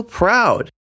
proud